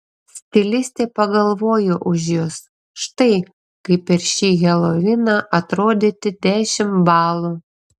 stilistė pagalvojo už jus štai kaip per šį heloviną atrodyti dešimt balų